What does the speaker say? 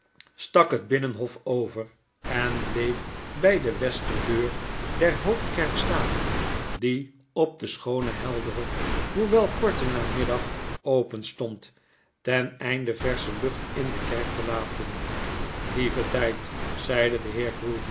het binnenhof over en bleef by de westerdeur der hoofdkerk staan die op den schoonen helderen hoewel korten namiddag open stond ten einde versche lucht in de kerk te laten lieve tyd zeide de